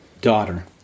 daughter